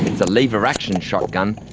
it's a lever-action shotgun,